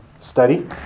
study